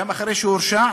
גם אחרי שהורשע,